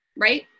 right